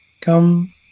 come